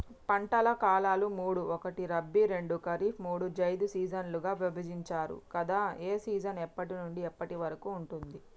పంటల కాలాలు మూడు ఒకటి రబీ రెండు ఖరీఫ్ మూడు జైద్ సీజన్లుగా విభజించారు కదా ఏ సీజన్ ఎప్పటి నుండి ఎప్పటి వరకు ఉంటుంది?